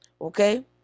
okay